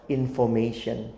information